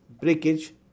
breakage